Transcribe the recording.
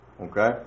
Okay